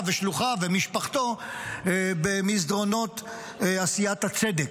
ושלוחיו ומשפחתו במסדרונות עשיית הצדק.